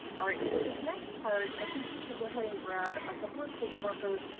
all right, so this next part i think you should go ahead and grab a couple of stitch markers.